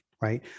right